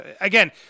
Again